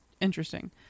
interesting